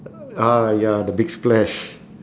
ah ya the big splash